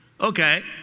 Okay